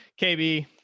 KB